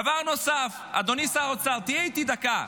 דבר נוסף, אדוני שר האוצר, תהיה איתי דקה.